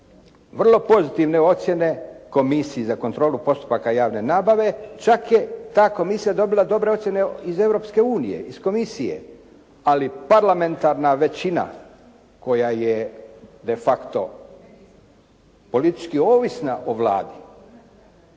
vrlo pozitivne ocjene komisiji za kontrolu postupaka javne nabave čak je ta komisija dobila dobre ocjene iz Europske unije iz komisije. Ali parlamentarna većina koja je de facto politički ovisna o Vladi